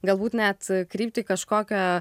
galbūt net kryptį kažkokią